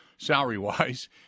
salary-wise